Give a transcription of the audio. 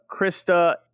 Krista